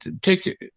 take